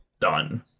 done